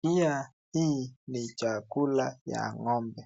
pia hii ni chakula ya ng'ombe.